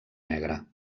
negre